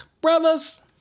brothers